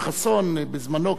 בזמנו כחבר כנסת,